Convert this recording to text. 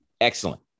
excellent